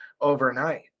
overnight